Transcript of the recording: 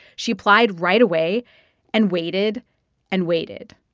she applied right away and waited and waited.